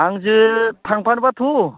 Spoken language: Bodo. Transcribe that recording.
आंजो थांफानोबा थु